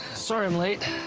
sorry i'm late.